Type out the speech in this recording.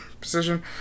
Position